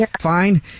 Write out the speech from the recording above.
fine